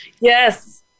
Yes